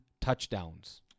touchdowns